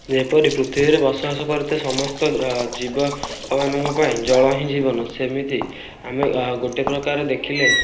ଯେପରି ପୃଥିବୀରେ ବସବାସ କରୁଥିବା ସମସ୍ତ ଜୀବମାନଙ୍କ ପାଇଁ ଜଳ ହିଁ ଜୀବନ ସେମିତି ଆମେ ଗୋଟେ ପ୍ରକାର ଦେଖିଲେ